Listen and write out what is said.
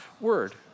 word